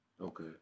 Okay